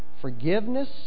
forgiveness